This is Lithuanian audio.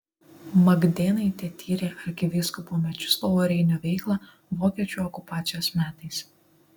magdėnaitė tyrė arkivyskupo mečislovo reinio veiklą vokiečių okupacijos metais